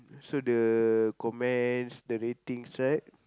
so the comments the ratings right